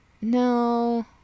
No